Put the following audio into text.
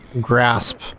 grasp